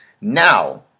Now